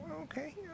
okay